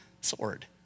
sword